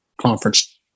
conference